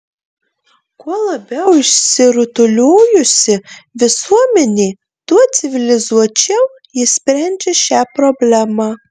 kuo labiau išsirutuliojusi visuomenė tuo civilizuočiau ji sprendžia šią problemą